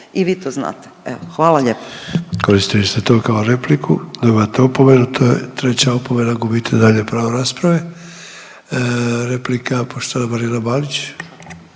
i vi to znate, evo, hvala lijepo.